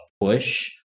push